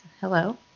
Hello